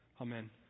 Amen